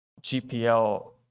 GPL